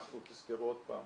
אנחנו, תזכרו עוד פעם